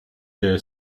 der